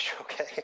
okay